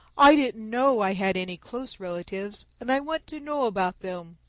i didn't know i had any close relatives, and i want to know about them.